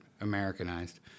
Americanized